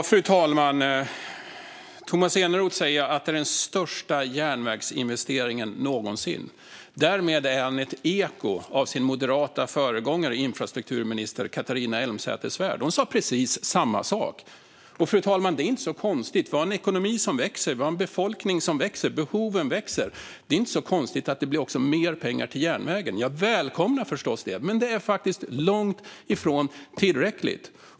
Fru talman! Tomas Eneroth säger att det är den största järnvägsinvesteringen någonsin. Därmed är han ett eko av sin moderata föregångare, infrastrukturminister Catharina Elmsäter-Svärd. Hon sa precis samma sak. Det är inte så konstigt, fru talman. Vi har en ekonomi som växer, vi har en befolkning som växer och behoven växer. Det är inte så konstigt att det då också blir mer pengar till järnvägen. Jag välkomnar förstås det. Men det är faktiskt långt ifrån tillräckligt.